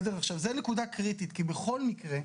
זו נקודה קריטית, כי בכל מקרה,